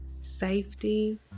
safety